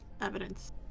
evidence